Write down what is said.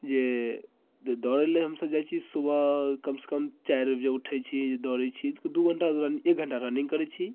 जे जे दौड़ैलै हमसब जाइत छी सुबह कमसँ कम चारि बजे उठैत छी दौड़ैत छी दू घण्टा रनिङ्ग एक घण्टा रनिङ्ग करैत छी